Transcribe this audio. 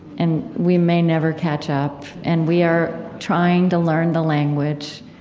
and we may never catch up. and we are trying to learn the language,